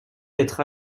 être